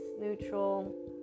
neutral